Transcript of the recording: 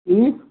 ٹھیٖک